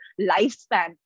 lifespan